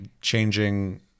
changing